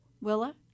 Willa